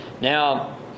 Now